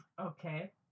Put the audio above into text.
Okay